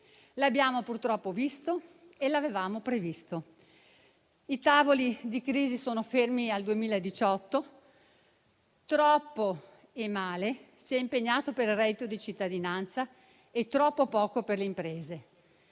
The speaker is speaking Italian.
L'abbiamo purtroppo visto e l'avevamo previsto. I tavoli di crisi sono fermi al 2018. Troppo e male ci si è impegnati per il reddito di cittadinanza e troppo poco per le imprese.